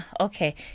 Okay